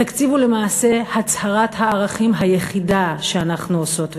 התקציב הוא למעשה הצהרת הערכים היחידה שאנחנו עושות ועושים.